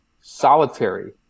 solitary